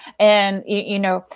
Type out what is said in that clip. and you know,